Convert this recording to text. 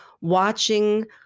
watching